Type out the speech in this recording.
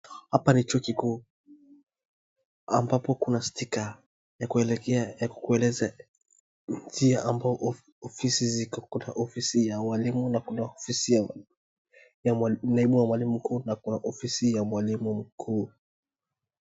Hapa ni chuo kikuu ambapo kuna sticker ya kukueleza njia ambapo ofisi ziko. Kuna ofisi ya walimu na kuna ofisi ya naibu mwalimu mkuu na kuna ofisi ya mwalimu mkuu.